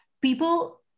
people